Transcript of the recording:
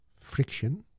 friction